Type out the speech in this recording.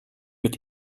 mit